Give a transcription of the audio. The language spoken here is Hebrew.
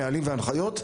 נהלים והנחיות,